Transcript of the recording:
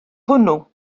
hwnnw